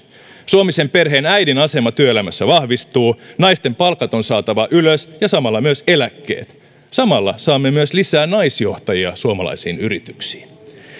suomisen perheen äidin asema työelämässä vahvistuu naisten palkat on saatava ylös ja samalla myös eläkkeet samalla saamme myös lisää naisjohtajia suomalaisiin yrityksiin